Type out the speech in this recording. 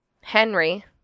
Henry